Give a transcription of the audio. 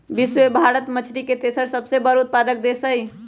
विश्व में भारत मछरी के तेसर सबसे बड़ उत्पादक देश हई